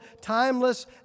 timeless